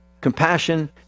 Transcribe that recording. Compassion